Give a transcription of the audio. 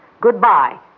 Goodbye